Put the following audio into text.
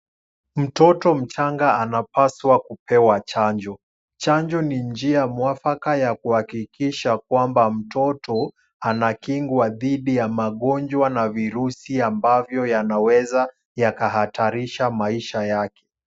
Mtoto mchanga anapaswa kupewa chanjo. Chanjo ni njia mwafaka ya kuhakikisha kwamba mtoto anakingwa dhidi ya magonjwa na virusi ambavyo yanaweza yakahatarisha maisha yake.